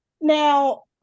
Now